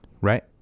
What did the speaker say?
Right